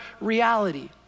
reality